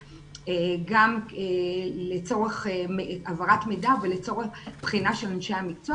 גם לצורך העברת מידע ולצורך בחינה של אנשי המקצוע